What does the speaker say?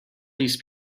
these